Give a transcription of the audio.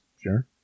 sure